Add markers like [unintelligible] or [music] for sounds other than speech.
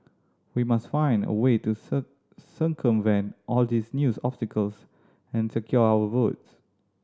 we must find a way to [unintelligible] circumvent all these new obstacles and secure our votes